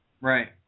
Right